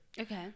Okay